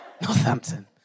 Northampton